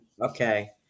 Okay